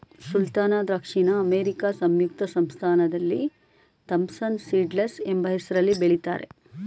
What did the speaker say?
ಸುಲ್ತಾನ ದ್ರಾಕ್ಷಿನ ಅಮೇರಿಕಾ ಸಂಯುಕ್ತ ಸಂಸ್ಥಾನದಲ್ಲಿ ಥಾಂಪ್ಸನ್ ಸೀಡ್ಲೆಸ್ ಎಂಬ ಹೆಸ್ರಲ್ಲಿ ಬೆಳಿತಾರೆ